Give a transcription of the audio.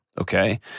Okay